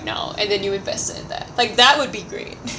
now and then you invest in that like that would be great